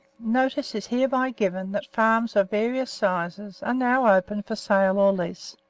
notice is hereby given that farms of various sizes are now open for sale or lease.